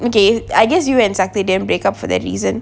okay I guess you and saktil damn break up for that reason